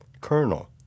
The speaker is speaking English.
Colonel